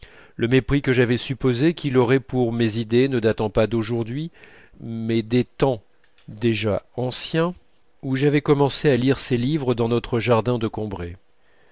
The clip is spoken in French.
le mépris que j'avais supposé qu'il aurait pour mes idées ne datant pas d'aujourd'hui mais des temps déjà anciens où j'avais commencé à lire ses livres dans notre jardin de combray